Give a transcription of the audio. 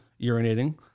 urinating